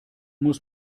muss